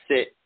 sit